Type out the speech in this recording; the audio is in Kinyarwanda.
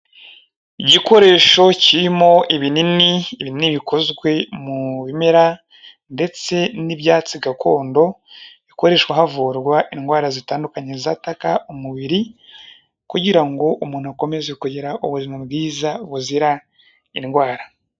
Igikoresho kirimo ibinini bine bikozwe mu bimera ndetse n'ibyatsi gakondo ikoreshwa havurwa indwara zitandukanye zataka umubiri kugira ngo umuntu akomeze kugira ubuzima bwiza buzira indwara.